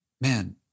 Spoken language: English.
Man